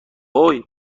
هووی